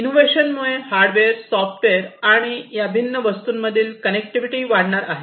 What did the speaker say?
innovation मुळे hardware software आणि या भिन्न वस्तूंमधील कनेक्टिविटी वाढणार आहे